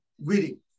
reading